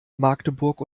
magdeburg